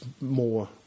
more